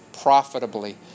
profitably